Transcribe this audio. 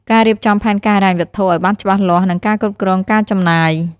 ការរៀបចំផែនការហិរញ្ញវត្ថុ ឲ្យបានច្បាស់លាស់ និងការគ្រប់គ្រងការចំណាយ។